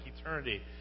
eternity